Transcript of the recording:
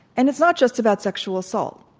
and it's not just about sexual assault.